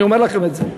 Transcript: אני אומר לכם את זה,